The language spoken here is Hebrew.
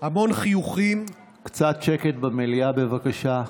המון חיוכים, קצת שקט במליאה, בבקשה.